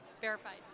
verified